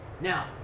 now